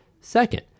Second